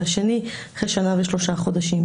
והשני אחרי שנה ושלושה חודשים.